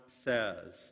says